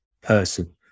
person